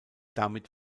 damit